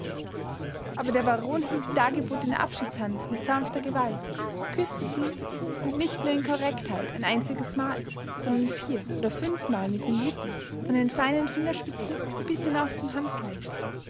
aber der baron hielt die dargebotene abschiedshand mit sanfter gewalt küßte sie und nicht nur in korrektheit ein einziges mal sondern vier oder fünfmal mit den lippen von den feinen fingerspitzen bis hinauf zum handgelenk